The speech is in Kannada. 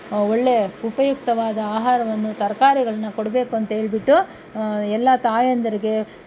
ಒಳ್ಳೆ ಉಪಯುಕ್ತವಾದ ಆಹಾರವನ್ನು ತರಕಾರಿಗಳನ್ನು ಕೊಡಬೇಕು ಅಂಥೇಳ್ಬಿಟ್ಟು ಎಲ್ಲ ತಾಯಂದಿರಿಗೆ